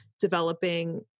developing